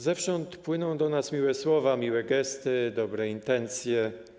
Zewsząd płyną do nas miłe słowa, miłe gesty i dobre intencje.